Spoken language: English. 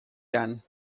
done